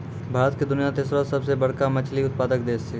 भारत दुनिया के तेसरो सभ से बड़का मछली उत्पादक देश छै